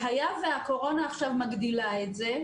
והיה והקורונה עכשיו מגדילה את זה,